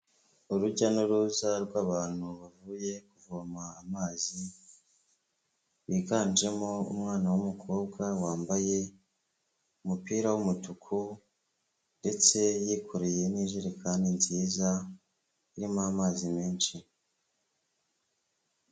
Urujya n'uruza rw'abantu bavuye kuvoma amazi, biganjemo umwana w'umukobwa wambaye umupira w'umutuku ndetse yikoreye n'ijerekani nziza irimo amazi menshi.